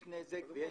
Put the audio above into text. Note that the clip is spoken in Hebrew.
שיש נזק.